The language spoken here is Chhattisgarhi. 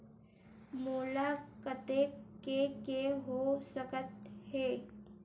मोला कतेक के के हो सकत हे?